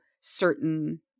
certain